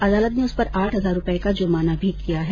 अदालत ने उस पर आठ हजार रुपये का जुर्माना भी किया है